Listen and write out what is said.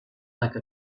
like